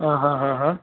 હ હ હ હ